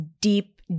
deep